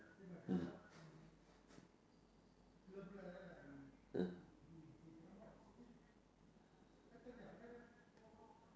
mm mm